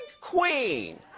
queen